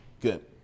Good